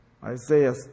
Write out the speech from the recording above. Isaiah